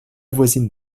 voisine